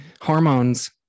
Hormones